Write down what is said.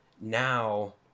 now